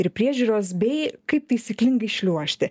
ir priežiūros bei kaip taisyklingai šliuožti